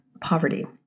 poverty